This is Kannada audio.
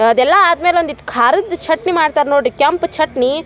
ಅದೆಲ್ಲ ಆದ ಮೇಲೆ ಒಂದಿಷ್ಟ್ ಖಾರದ ಚಟ್ನಿ ಮಾಡ್ತಾರೆ ನೋಡಿರಿ ಕೆಂಪು ಚಟ್ನಿ